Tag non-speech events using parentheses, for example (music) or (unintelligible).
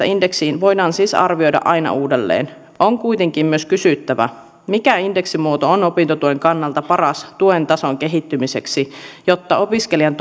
(unintelligible) indeksiin sitomiseen voidaan siis arvioida aina uudelleen on kuitenkin myös kysyttävä mikä indeksimuoto on opintotuen kannalta paras tuen tason kehittymiseksi jotta opiskelijan (unintelligible)